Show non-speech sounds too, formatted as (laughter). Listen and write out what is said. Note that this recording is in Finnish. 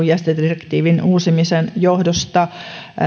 (unintelligible) jätedirektiivin uusimisen johdosta